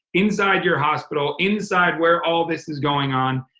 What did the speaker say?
inside your hospital, inside where all this is going on.